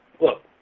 look